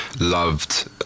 loved